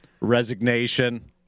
resignation